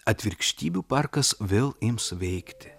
atvirkštybių parkas vėl ims veikti